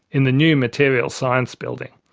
in the new material science building,